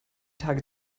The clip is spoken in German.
tage